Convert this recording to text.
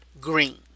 green